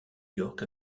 york